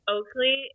Oakley